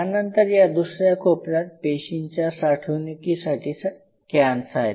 त्यानंतर या दुसऱ्या कोपऱ्यात पेशींच्या साठवणुकीसाठी कॅन्स आहेत